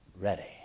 ready